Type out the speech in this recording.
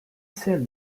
celle